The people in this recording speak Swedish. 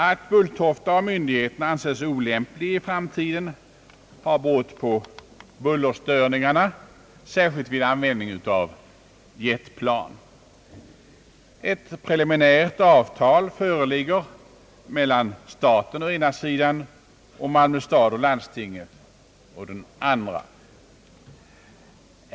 Att Bulltofta av myndigheterna anses olämplig för framtiden beror på bullerstörningarna, särskilt vid användning av jetplan. Ett preliminärt avtal föreligger mellan staten å ena sidan och Malmö stad och landstinget å den andra.